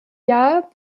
jahr